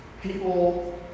people